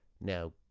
Now